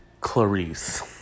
Clarice